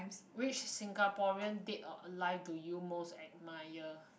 which singaporean dead or alive do you most admire